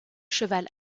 cheval